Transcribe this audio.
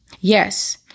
Yes